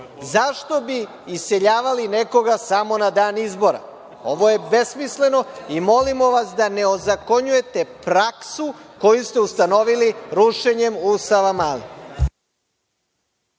Zašto bi iseljavali nekoga samo na dan izbora? Ovo je besmisleno i molimo vas da ne ozakonjujete praksu koju ste ustanovili rušenjem u Savamali.